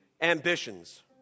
ambitions